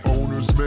Owner's